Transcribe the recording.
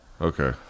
Okay